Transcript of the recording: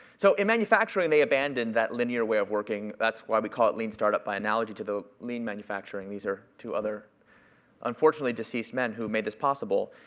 so, in manufacturing, they abandoned that linear way of working. that's why we call it lean startup by analogy to lean manufacturing. these are two other unfortunately deceased men who made this possible.